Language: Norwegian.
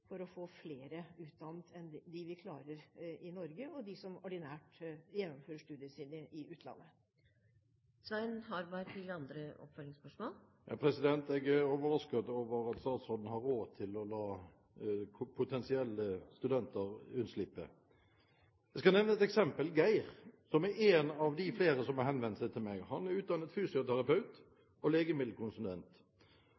for å få flere utdannet enn de vi klarer å utdanne i Norge, og de som ordinært gjennomfører studiene sine i utlandet. Jeg er overrasket over at statsråden har råd til å la potensielle studenter unnslippe. Jeg skal nevne et eksempel: Geir. Han er en av flere som har henvendt seg til meg. Han er utdannet fysioterapeut